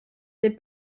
des